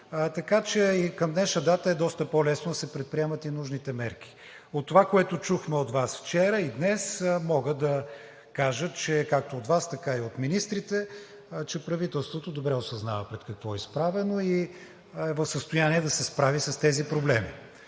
така че и към днешна дата е доста по-лесно да се предприемат и нужните мерки. От това, което чухме от Вас вчера, и днес мога да кажа, както от Вас, така и от министрите, че правителството добре осъзнава пред какво е изправено и е в състояние да се справи с тези проблеми.